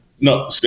No